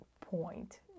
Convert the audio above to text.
point